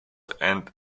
and